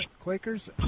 Quakers